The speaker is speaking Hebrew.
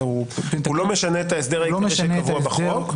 הוא לא משנה את ההסדר העיקרי שקבוע בחוק.